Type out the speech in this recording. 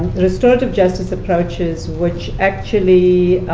restorative justice approaches, which actually